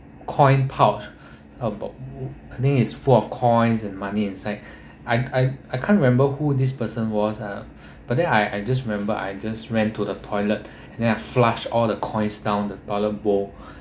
coin pouch about I think is full of coins and money inside I I can't remember who this person was ah but then I I just remembered I just ran to the toilet and then I flush all the coins down the toilet bowl